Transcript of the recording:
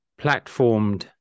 platformed